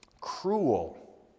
cruel